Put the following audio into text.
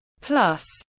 Plus